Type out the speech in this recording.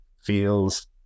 feels